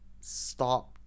stop